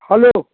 hello